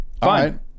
Fine